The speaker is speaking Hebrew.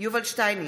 יובל שטייניץ,